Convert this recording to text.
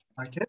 Okay